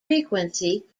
frequency